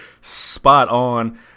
spot-on